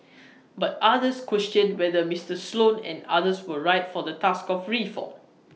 but others questioned whether Mr Sloan and others were right for the task of reform